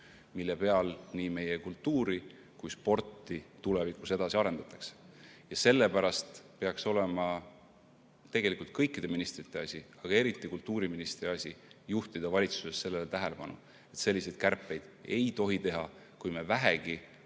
mille peal nii meie kultuuri kui ka sporti tulevikus edasi arendatakse. Sellepärast peaks olema kõikide ministrite asi, aga eriti kultuuriministri asi juhtida valitsuses sellele tähelepanu, et selliseid kärpeid ei tohi teha, kui me vähegi